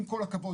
עם כל הכבוד,